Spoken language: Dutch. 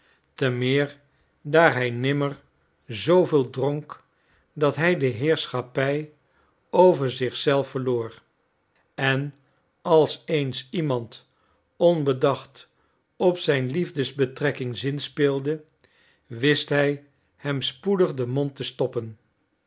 te meer daar hij nimmer zooveel dronk dat hij de heerschappij over zich zelf verloor en als eens iemand onbedacht op zijn liefdesbetrekking zinspeelde wist hij hem spoedig den mond te stoppen